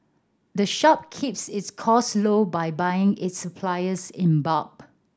the shop keeps its costs low by buying its supplies in bulk